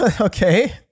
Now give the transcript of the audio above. Okay